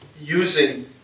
using